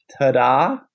ta-da